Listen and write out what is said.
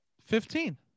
Fifteen